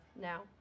Now